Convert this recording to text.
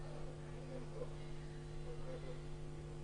תקנות סמכויות מיוחדות להתמודדות עם נגיף הקורונה החדש (הוראת שעה)